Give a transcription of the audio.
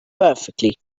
perfectly